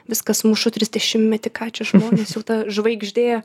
viskas muša trisdešimtmetį ką čia žmonės jau ta žvaigždė